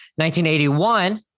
1981